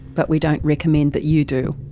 but we don't recommend that you do.